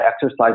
exercise